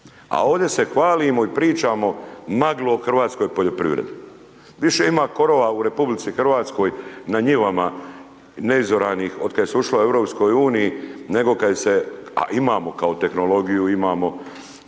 A ovde se hvalimo i pričamo maglu o hrvatskoj poljoprivredi. Više ima korova u RH na njivama neizoranih od kad se ušlo EU nego kad ih se, a imamo kao tehnologiju, imamo